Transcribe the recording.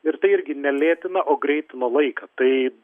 ir tai irgi ne lėtina o greitina laiką tai